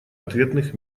ответных